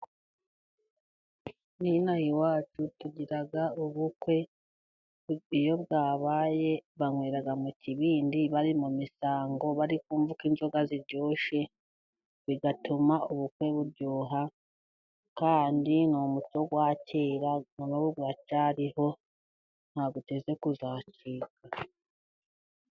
N'inaha iwacu tugira ubukwe, iyo bwabaye banywera mu kibindi bari mu misango, bari kumva ko inzoga ziryoshye, bigatuma ubukwe buryoha kandi, ni umuco wa kera n'ubu uracyariho ntuteze kuzacika.